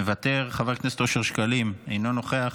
מוותר, חבר הכנסת אושר שקלים, אינו נוכח,